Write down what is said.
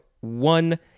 One